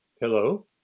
Hello